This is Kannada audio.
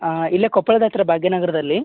ಹಾಂ ಇಲ್ಲೆ ಕೊಪ್ಪಳದ ಹತ್ರ ಭಾಗ್ಯ ನಗರದಲ್ಲಿ